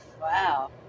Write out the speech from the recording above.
wow